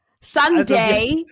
Sunday